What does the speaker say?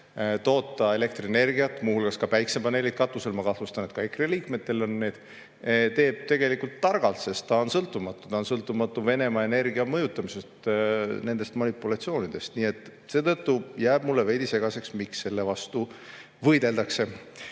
toota elektrienergiat, muu hulgas ka päikesepaneelidega katusel – ma kahtlustan, et ka EKRE liikmetel need on –, teeb tegelikult targalt, sest ta on sõltumatu. Ta on sõltumatu Venemaa energia mõjutamisest ja manipulatsioonidest. Seetõttu jääb mulle veidi segaseks, miks selle vastu võideldakse.